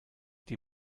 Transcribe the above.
die